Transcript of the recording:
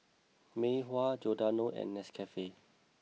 Mei Hua Giordano and Nescafe